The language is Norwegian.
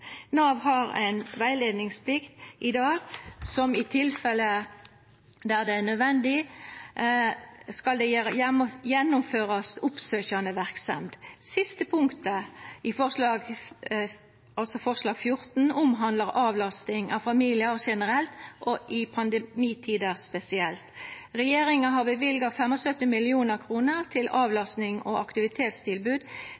Nav har ei rettleiingsplikt i dag, og i tilfelle der det er nødvendig, skal det gjennomførast oppsøkjande verksemd. Det siste punktet, forslag nr. 14, omhandlar avlasting av familiar generelt og i pandemitider spesielt. Regjeringa har løyvd 75 mill. kr til